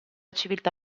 civiltà